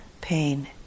pain